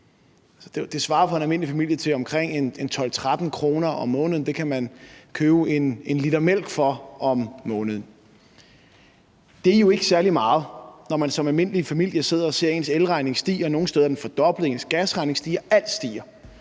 Det svarer for en almindelig familie til omkring 12-13 kr. om måneden. Det kan man købe 1 l mælk for om måneden. Det er jo ikke særlig meget, når man som almindelig familie sidder og ser ens elregning stige. Nogle steder er det en fordobling. Gasregningen stiger. Alt stiger.